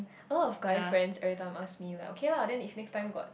all of guy friend everytime ask me like okay lah then if next time got